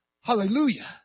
hallelujah